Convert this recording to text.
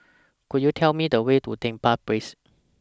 Could YOU Tell Me The Way to Dedap Place